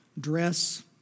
dress